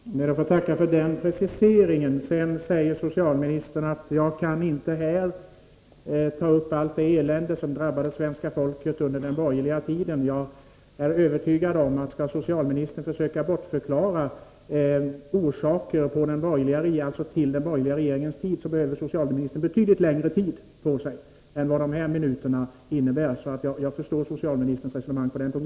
Herr talman! Jag ber att få tacka för den preciseringen. Socialministern säger vidare att han inte nu kan ta upp allt det elände som drabbade svenska folket under den borgerliga regimen. Jag är övertygad om att socialministern, om han skall försöka förklara bort olika förhållanden med vad som hände under de borgerliga regeringarnas tid, kommer att behöva betydligt längre tid än de minuter han nu har till förfogande. Jag förstår därför socialministerns resonemang på den punkten.